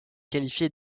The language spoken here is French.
qualifié